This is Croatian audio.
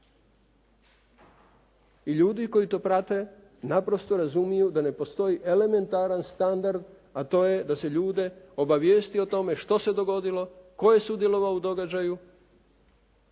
I ljudi koji to prate naprosto razumiju da ne postoji elementaran standard, a to je da se ljude obavijesti o tome što se dogodilo, tko je sudjelovao u događaju